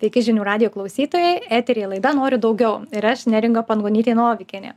sveiki žinių radijo klausytojai eteryje laida noriu daugiau ir aš neringa pangonytė novikienė